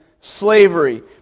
slavery